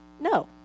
no